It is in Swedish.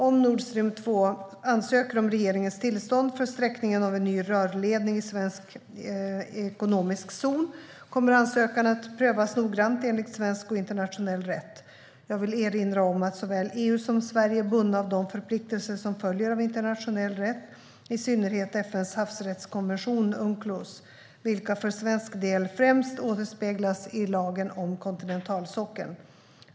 Om Nordstream 2 ansöker om regeringens tillstånd för sträckningen av en ny rörledning i svensk ekonomisk zon kommer ansökan att prövas noggrant enligt svensk och internationell rätt. Jag vill erinra om att såväl EU som Sverige är bundna av de förpliktelser som följer av internationell rätt, i synnerhet FN:s havsrättskonvention Unclos, vilka för svensk del främst återspeglas i lagen om kontinentalsockeln.